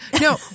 no